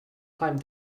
climb